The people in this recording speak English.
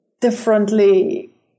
differently